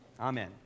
Amen